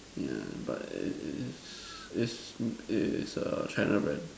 yeah but is is is is is a China brand